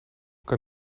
kan